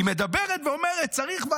היא מדברת ואומרת: צריך,